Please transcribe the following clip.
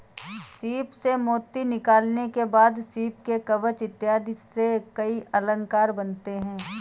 सीप से मोती निकालने के बाद सीप के कवच इत्यादि से कई अलंकार बनते हैं